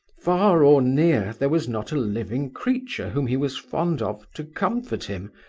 far or near, there was not a living creature whom he was fond of to comfort him,